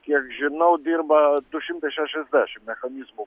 kiek žinau dirba du šimtai šešiasdešim mechanizmų